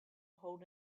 hold